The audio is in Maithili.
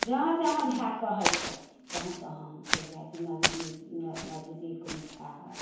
जहाँ जहाँ भाय कहैत छथि तहाँ तहाँ हम चलि जाइत छी नजदीक नजदीकमे भाय अइ